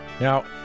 Now